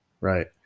right